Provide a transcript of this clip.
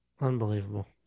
Unbelievable